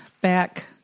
back